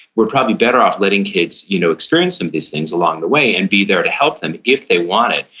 we're probably better off letting kids you know experience some of these things along the way, and be there to help them, if they want it,